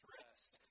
rest